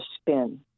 spin